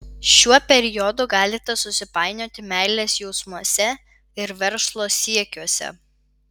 šiuo periodu galite susipainioti meilės jausmuose ir verslo siekiuose